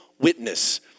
Witness